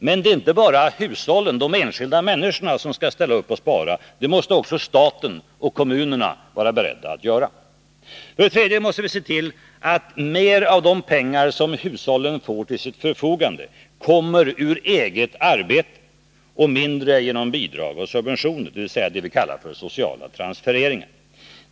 Men det är inte bara hushållen, de enskilda människorna, som skall ställa upp och spara — det måste också staten och kommunerna vara beredda att göra. För det tredje måste vi se till att mer av de pengar hushållen får till sitt förfogande kommer ur eget arbete och mindre genom bidrag och subventioner, dvs. det vi kallar för sociala transfereringar.